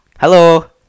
Hello